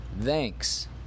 thanks